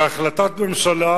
והחלטת ממשלה,